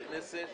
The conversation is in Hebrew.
בשעה 11:33.